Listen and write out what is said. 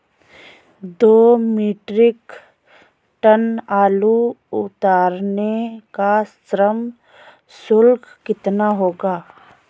दो metric ton आलू उतारने का श्रम शुल्क कितना होगा?